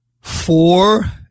Four